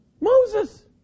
moses